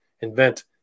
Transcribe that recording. invent